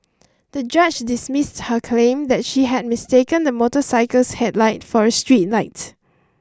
the judge dismissed her claim that she had mistaken the motorcycle's headlight for a street light